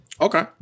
Okay